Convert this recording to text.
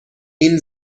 این